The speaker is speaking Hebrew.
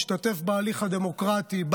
להשתתף בהליך הדמוקרטי.